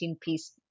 piece